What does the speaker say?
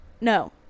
No